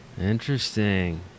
interesting